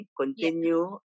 Continue